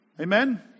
Amen